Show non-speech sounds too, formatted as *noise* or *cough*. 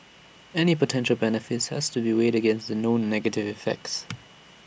any potential benefits has to be weighed against the known negative effects *noise*